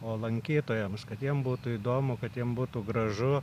o lankytojams kad jiem būtų įdomu kad jiem būtų gražu